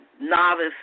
novice